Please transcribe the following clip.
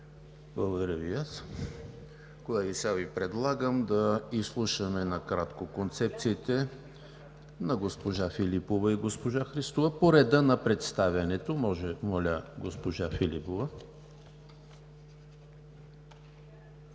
Благодаря Ви и аз. Колеги, сега Ви предлагам да изслушаме накратко концепциите на госпожа Филипова и госпожа Христова. По реда на представянето – моля, госпожо Филипова, имате